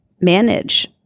manage